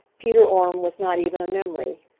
peter orme was not even a memory.